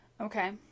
Okay